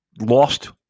lost